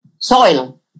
Soil